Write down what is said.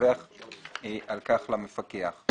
ידווח על כך למפקח.